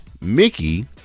mickey